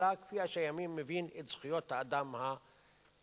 אלא כפי שהימין מבין את זכויות האדם היהודי.